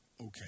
okay